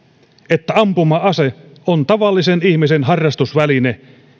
että ampuma ase on tavallisen ihmisen harrastusväline